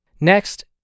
Next